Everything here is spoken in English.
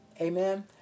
Amen